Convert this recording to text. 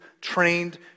trained